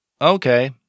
okay